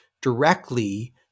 directly